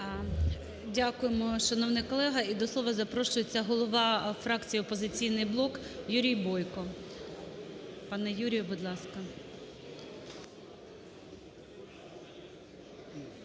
Дякуємо, шановний колега. І до слова запрошується голова фракції "Опозиційний блок" Юрій Бойко. Пане Юрію, будь ласка.